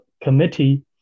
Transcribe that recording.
committee